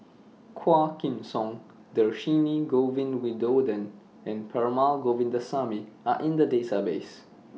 Quah Kim Song Dhershini Govin Winodan and Perumal Govindaswamy Are in The Database